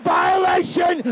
violation